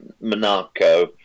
Monaco